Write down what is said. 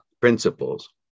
principles